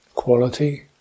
quality